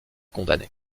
condamné